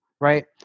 right